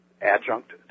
adjunct